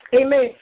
Amen